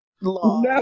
law